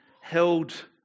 held